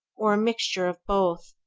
or a mixture of both,